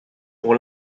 pour